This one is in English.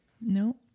No